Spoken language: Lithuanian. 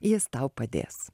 jis tau padės